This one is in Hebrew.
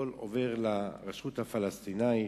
הכול עובר לרשות הפלסטינית,